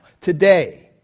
today